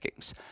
rankings